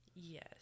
Yes